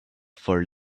for